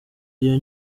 iyo